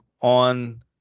On